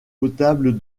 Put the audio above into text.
potable